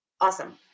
Awesome